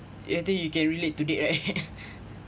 I think you can relate to that right